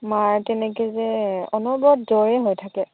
মাৰ তেনেকে যে অনবৰত জ্বৰ যে হৈ থাকে